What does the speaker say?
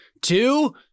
two